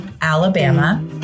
Alabama